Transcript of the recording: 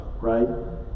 right